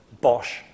Bosch